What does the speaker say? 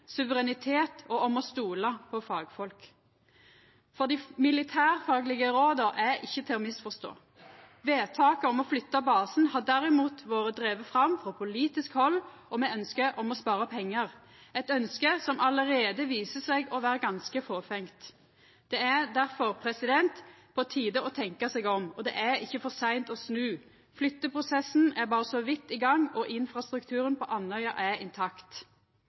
suverenitet og om å stola på fagfolk. Dei militærfaglege råda er ikkje til å misforstå. Vedtaket om å flytta basen har derimot vore drive fram frå politisk hald og med ønske om å spara pengar, eit ønske som allereie viser seg å vera ganske fåfengt. Det er derfor på tide å tenkja seg om, og det er ikkje for seint å snu. Flytteprosessen er berre så vidt i gang, og infrastrukturen på Andøya er intakt.